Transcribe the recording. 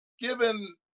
Given